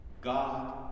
God